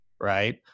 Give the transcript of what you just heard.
right